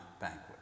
banquet